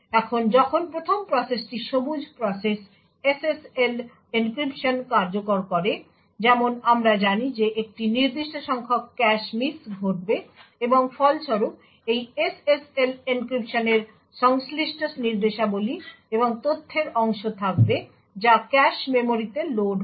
এখন যখন প্রথম প্রসেসটি সবুজ প্রসেস SSL এনক্রিপশন কার্যকর করে যেমন আমরা জানি যে একটি নির্দিষ্ট সংখ্যক ক্যাশ মিস ঘটবে এবং ফলস্বরূপ এই SSL এনক্রিপশনের সংশ্লিষ্ট নির্দেশাবলী এবং তথ্যের অংশ থাকবে যা ক্যাশ মেমরিতে লোড হয়